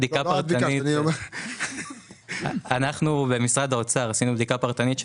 אנחנו במשרד האוצר עשינו בדיקה פרטנית על